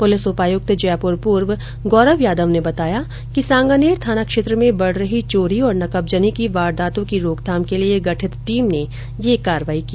police उपायुक्त जयपुर पूर्व गौरव यादव ने बताया कि सांगानेर थाना क्षेत्र में बढ़ रही चोरी और नकबजनी की वारदातों की रोकथाम के लिए गठित टीम ने ये कार्रवाई की